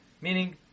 Meaning